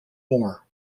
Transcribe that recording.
more